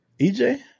EJ